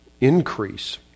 increase